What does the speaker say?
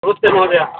नमस्ते महोदय